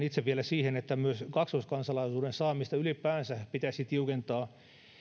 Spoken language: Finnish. itse vielä siihen että myös kaksoiskansalaisuuden saamista ylipäänsä pitäisi tiukentaa